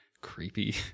creepy